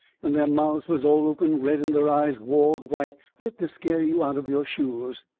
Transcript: and their mouths was all open red and their eyes walled white, fit to scare you out of your shoes.